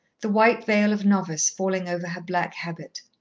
the white veil of novice falling over her black habit.